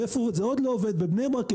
זה עוד לא עובד בבני ברק,